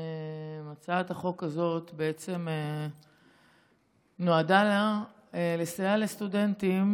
הצעת החוק הזאת בעצם נועדה לסייע לסטודנטים